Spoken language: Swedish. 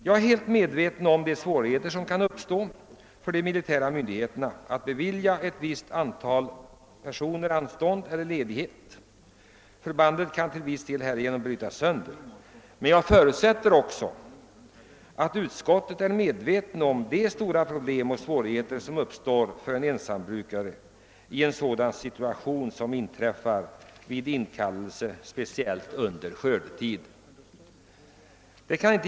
Jag är helt medveten om de svårigheter som kan uppstå för de militära myndigheterna att bevilja ett visst antal personer anstånd eller ledighet, eftersom förbandet härigenom till viss del kan brytas sönder, men jag förutsätter också att utskottet är medvetet om de stora problem och svårigheter som uppstår för en ensambrukare i en situation som inträffar vid inkallelse speciellt under skördetid.